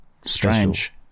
Strange